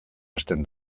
hasten